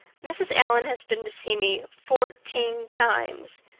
mrs. allan has been to see me fourteen times.